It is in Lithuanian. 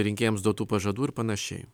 rinkėjams duotų pažadų ir panašiai